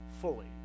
fully